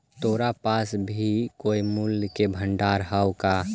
तोरा पास भी कोई मूल्य का भंडार हवअ का